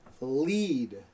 lead